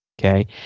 Okay